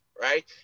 right